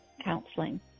counseling